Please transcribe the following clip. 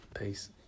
peace